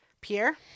Pierre